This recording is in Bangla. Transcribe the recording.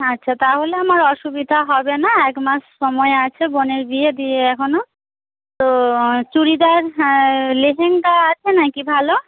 আচ্ছা তাহলে আমার অসুবিধা হবে না এক মাস সময় আছে বোনের বিয়ে দিয়ে এখনও তো চুড়িদার লেহেঙ্গা আছে না কি ভালো